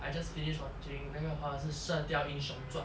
I just finish watching 那个华文是射雕英雄传